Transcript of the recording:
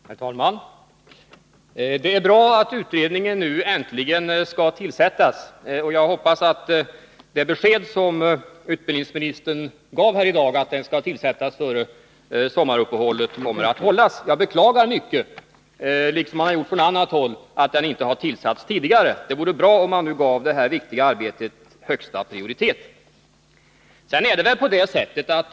Herr talman! Det är bra att utredningen nu äntligen skall tillsättas. Jag hoppas att det besked som utbildningsministern gav i dag om att den skall tillsättas före sommaruppehållet kommer att gälla, men liksom man gjort också från annat håll beklagar jag mycket att utredningen inte har tillsatts tidigare. Det vore bra om man nu gav det här arbetet högsta prioritet.